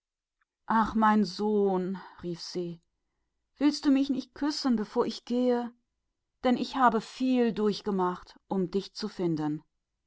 ach mein sohn rief sie willst du mich nicht küssen ehe ich gehe denn ich habe vieles erduldet um dich zu finden